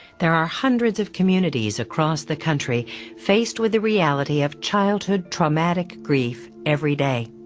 there are hundreds of communities across the country faced with the reality of childhood traumatic grief every day.